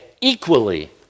equally